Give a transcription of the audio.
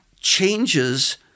changes